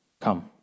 come